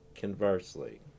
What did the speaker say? conversely